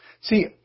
See